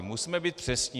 Musíme být přesní.